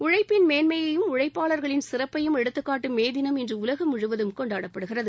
உழைப்பின் மேன்மையையும் உழைப்பாளர்களின் சிறப்பையும் எடுத்துக்காட்டும் மே திளம் இன்று உலகம் முழுவதும் கொண்டாடப்படுகிறது